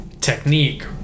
technique